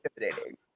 intimidating